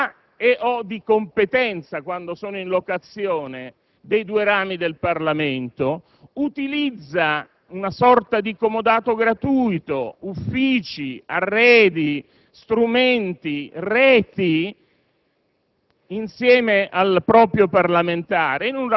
agli spazi, ai palazzi di proprietà e/o di competenza (quando sono in locazione) dei due rami del Parlamento; utilizza, in una sorta di comodato gratuito, uffici, arredi, strumenti, reti